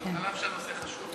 אף שהנושא חשוב.